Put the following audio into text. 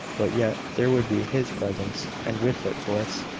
but yet, there would be his presence, and with it, bliss.